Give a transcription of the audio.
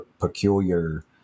peculiar